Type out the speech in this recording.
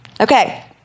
Okay